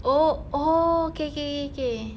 oh oh okay okay okay okay